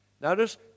Notice